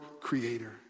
creator